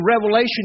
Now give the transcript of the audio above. Revelation